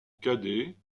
cadet